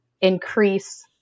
increase